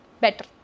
better